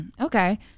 okay